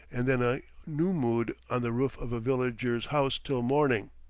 and then a nummud on the roof of a villager's house till morning.